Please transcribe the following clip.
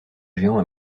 géant